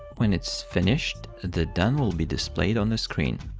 when it's finished and the done will be displayed on the screen.